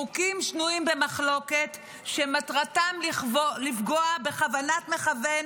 חוקים שנויים במחלוקת שמטרתם לפגוע בכוונת מכוון